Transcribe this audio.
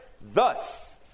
thus